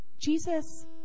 Jesus